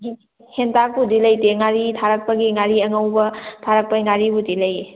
ꯍꯦꯟꯇꯥꯛꯄꯨꯗꯤ ꯂꯩꯇꯦ ꯉꯥꯔꯤ ꯊꯥꯔꯛꯄꯒꯤ ꯉꯥꯔꯤ ꯑꯉꯧꯕ ꯊꯥꯔꯛꯄꯩ ꯉꯥꯔꯤꯕꯨꯗꯤ ꯂꯩꯌꯦ